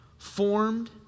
Formed